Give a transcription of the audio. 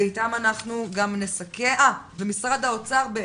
ומשרד האוצר.